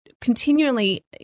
continually